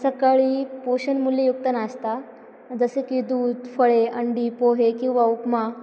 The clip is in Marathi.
सकाळी पोषण मूल्ययुक्त नाश्ता जसं की दूध फळे अंडी पोहे किंवा उपमा